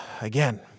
Again